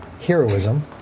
Heroism